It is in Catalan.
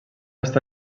està